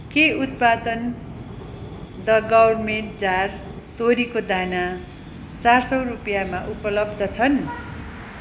के उत्पादन The Gourmet Jar तोरीको दाना चार सौ रुपियाँमा उपलब्ध छन्